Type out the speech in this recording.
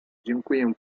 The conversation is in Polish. dziękuję